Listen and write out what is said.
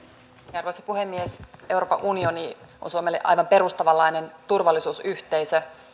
arvoisa puhemies euroopan unioni on suomelle aivan perustavanlainen turvallisuusyhteisö